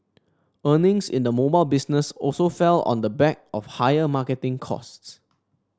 earnings in the mobile business also fell on the back of higher marketing costs